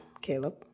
Caleb